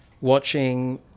watching